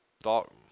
thought